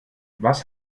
was